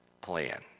plan